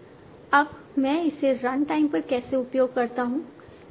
t अब मैं इसे रन टाइम पर कैसे उपयोग करता हूं